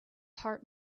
heart